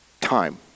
Time